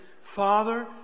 Father